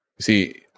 See